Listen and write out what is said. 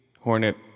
Hornet